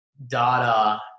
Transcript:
data